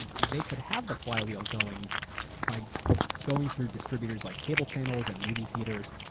and they could have the flywheel going by going through distributors like cable channels and movie theaters.